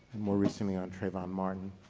and more recently on trayvon martin.